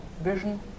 vision